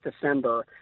December